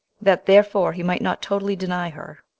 that therefore he might not totally deny her,